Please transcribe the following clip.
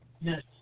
Yes